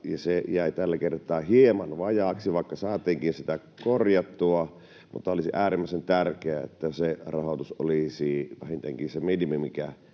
se jäi tällä kertaa hieman vajaaksi, vaikka saatiinkin sitä korjattua. Olisi äärimmäisen tärkeää, että se rahoitus olisi vähintäänkin se minimi,